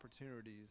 opportunities